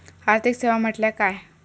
आर्थिक सेवा म्हटल्या काय?